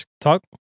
talk